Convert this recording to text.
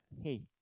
hey